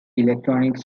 electronics